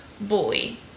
bully